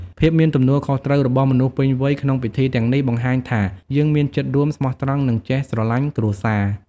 ភាពមានទំនួលខុសត្រូវរបស់មនុស្សពេញវ័យ ក្នុងពិធីទាំងនេះ បង្ហាញថាយើងមានចិត្តរួម ស្មោះត្រង់ និងចេះស្រឡាញ់គ្រួសារ។